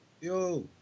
yo